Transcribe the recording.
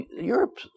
Europe